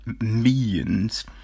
millions